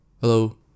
Hello